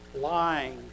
lying